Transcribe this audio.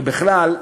ובכלל,